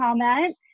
comment